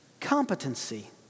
competency